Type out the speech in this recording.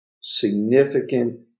significant